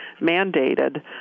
mandated